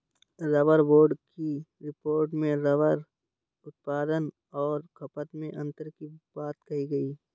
rubber board की report में rubber उत्पादन और खपत में अन्तर की बात कही गई